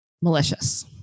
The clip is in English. malicious